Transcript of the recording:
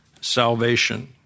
salvation